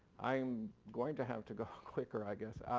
i'm going to have to go quicker, i guess.